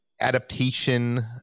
adaptation